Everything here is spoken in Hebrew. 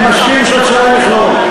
אני מסכים שההצעה היא מכלול.